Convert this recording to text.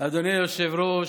אדוני היושב-ראש,